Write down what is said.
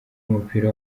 w’umupira